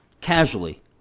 casually